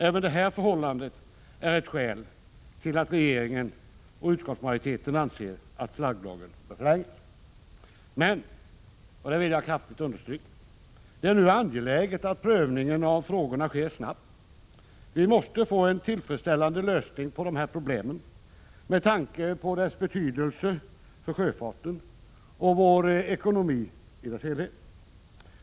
Även detta förhållande är ett skäl till att regeringen och utskottsmajoriteten anser att flagglagen bör förlängas. Men -— och det vill jag kraftigt understryka — det är nu angeläget att prövningen av frågorna sker snabbt. Vi måste få en tillfredsställande lösning på problemen med tanke på deras betydelse för sjöfarten och vår ekonomi i dess helhet.